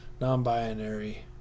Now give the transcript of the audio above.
non-binary